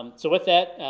um so with that,